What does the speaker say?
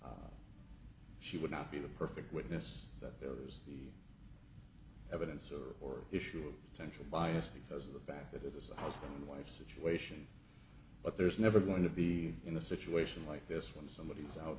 that she would not be the perfect witness that there is the evidence or issue of potential bias because of the fact that it was a husband and wife situation but there's never going to be in a situation like this when somebody is out